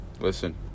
Listen